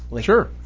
Sure